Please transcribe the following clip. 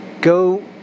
Go